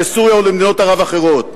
לסוריה ולמדינות ערב אחרות.